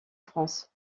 france